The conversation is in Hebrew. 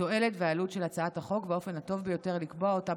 התועלת והעלות של הצעת החוק והאופן הטוב ביותר לקבוע אותה,